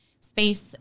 space